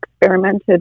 experimented